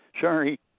sorry